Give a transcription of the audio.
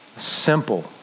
Simple